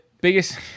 Biggest